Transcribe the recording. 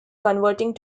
converting